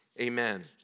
Amen